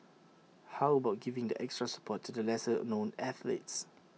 how about giving that extra support to the lesser known athletes